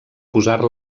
posar